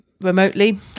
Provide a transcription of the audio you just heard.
remotely